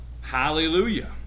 hallelujah